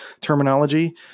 terminology